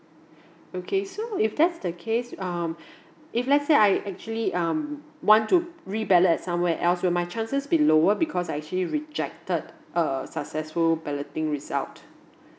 okay so if that's the case um if let's say I actually um want to re ballot at somewhere else will my chances be lower because I actually rejected a successful balloting result